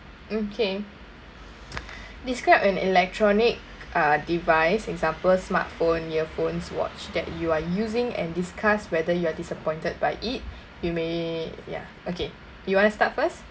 okay describe an electronic uh device example smartphone earphones watch that you are using and discuss whether you are disappointed by it you may ya okay you want to start first